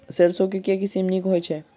सैरसो केँ के किसिम नीक होइ छै?